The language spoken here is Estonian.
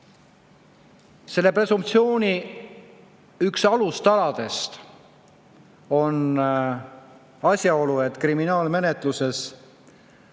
Selle presumptsiooni üks alustaladest on asjaolu, et kriminaalmenetluses